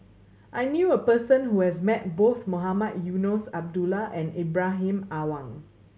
I knew a person who has met both Mohamed Eunos Abdullah and Ibrahim Awang